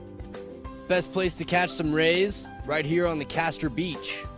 best place to catch some rays, right here on the castor beach.